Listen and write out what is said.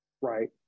right